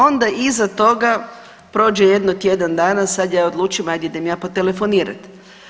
Onda iza toga prođe jedno tjedan dana, sad ja odlučim hajde idem ja potelefonirati.